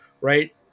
right